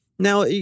Now